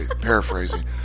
paraphrasing